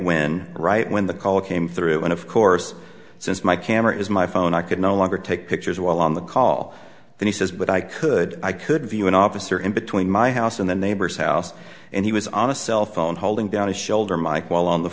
when right when the call came through and of course since my camera is my phone i could no longer take pictures while on the call and he says but i could i could view an officer in between my house and the neighbor's house and he was on a cell phone holding down his shoulder mike while on the